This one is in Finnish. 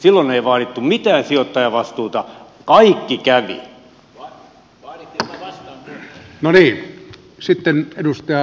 silloin ei vaadittu mitään sijoittajavastuuta kaikki kävi